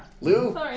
Lou